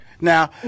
Now